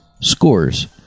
scores